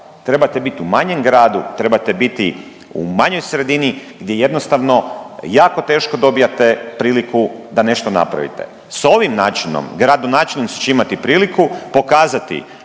Trebate biti u manjem gradu, trebate biti u manjoj sredini gdje jednostavno jako teško dobijate priliku da nešto napravite. S ovim načinom gradonačelnici će imati priliku pokazati